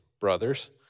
brothers